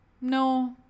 no